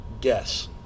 Guess